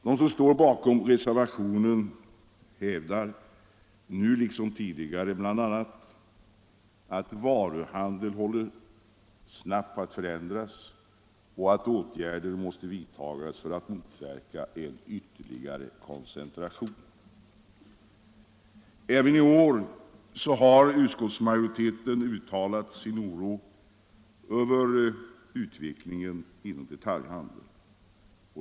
De som står bakom reservationen hävdar nu liksom tidigare bl.a. att varuhandeln håller på att snabbt förändras och att åtgärder måste vidtagas för att motverka en ytterligare koncentration. Även i år har också utskottsmajoriteten uttalat sin oro över utveck lingen inom detaljhandeln.